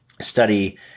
Study